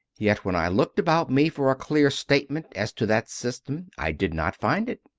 yet when i looked about me for a clear statement as to that system i did not find it.